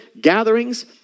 gatherings